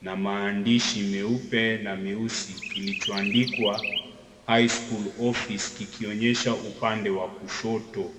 na maandishi meupe na meusi kilichoandikwa high-school office kikionyesha upande wa kushoto.